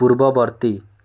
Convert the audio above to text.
ପୂର୍ବବର୍ତ୍ତୀ